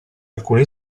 alcuni